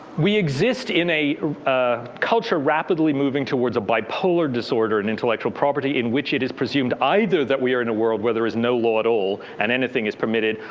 we exist in a a culture rapidly moving towards a bipolar disorder in intellectual property, in which it is presumed either that we're in a world where there is no law at all and anything is permitted.